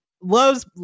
loves